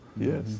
yes